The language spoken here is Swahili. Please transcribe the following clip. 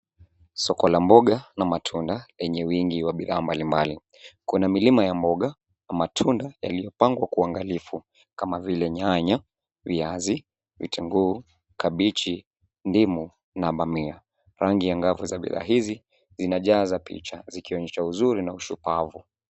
Soko la mboga na matunda lenye wingi wa bidhaa mbalimbali. Kuna milima ya mboga na matunda yaliyopangwa kwa uangalifu kama vile nyanya, viazi, vitunguu, kabichi, ndimu na bamia. Rangi angavu za bidhaa hizi zinajaza picha zikionyesha uzuri na ushupavu.